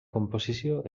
composició